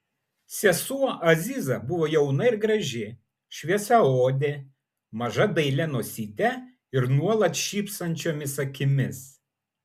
sesuo aziza buvo jauna ir graži šviesiaodė maža dailia nosyte ir nuolat šypsančiomis akimis